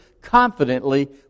confidently